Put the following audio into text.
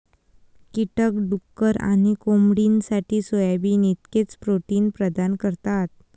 कीटक डुक्कर आणि कोंबडीसाठी सोयाबीन इतकेच प्रोटीन प्रदान करतात